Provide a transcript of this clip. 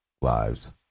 lives